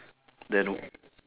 then